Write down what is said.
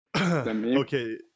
Okay